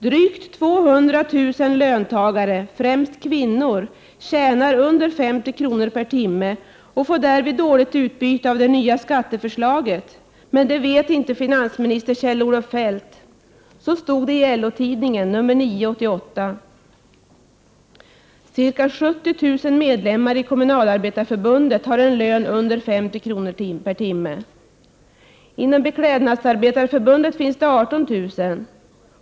”Drygt 200 000 löntagare — främst kvinnor — tjänar under 50 kr. 88. Ca 70 000 medlemmar i Kommunalarbetareförbundet har en lön på under 50 kr. per timme. Inom Beklädnadsarbetareförbundet finns 18 000.